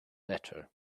better